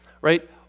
right